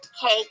cake